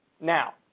Now